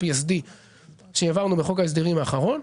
ה-PSD שהעברנו בחוק ההסדרים האחרון.